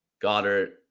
Goddard